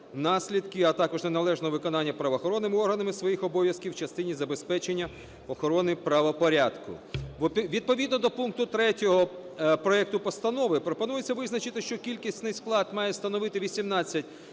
наслідки, а також неналежного виконання правоохоронними органами своїх обов'язків в частині забезпечення охорони правопорядку. Відповідно до пункту 3 проекту постанови пропонується визначити, що кількісний склад має становити 18